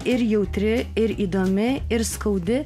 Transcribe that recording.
ir jautri ir įdomi ir skaudi